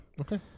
Okay